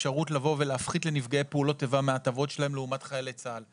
אפשרות להפחית לנפגעי פעולות איבה מההטבות שלהם לעומת חיילי צה"ל.